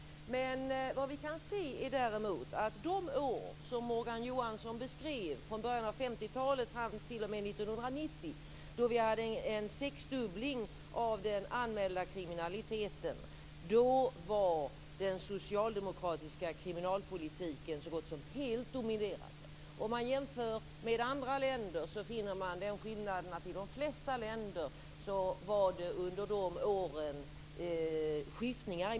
Men vad vi kan se är däremot att under de år som Morgan Johansson beskrev, från början av 50-talet fram t.o.m. 1990, då vi hade en sexdubbling av den anmälda kriminaliteten, var den socialdemokratiska kriminalpolitiken så gott som helt dominerande. Om man jämför med andra länder finner man den skillnaden att i de flesta länder var det under dessa år maktskiften.